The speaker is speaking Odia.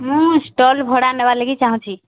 ମୁଁ ଷ୍ଟଲ୍ ଭଡ଼ା ନେବାର୍ ଲାଗି ଚାହୁଁଛିି